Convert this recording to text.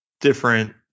different